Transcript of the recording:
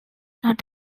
not